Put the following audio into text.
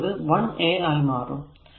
ഇപ്പോൾ ഇത് 1a ആയി മാറും